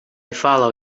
follow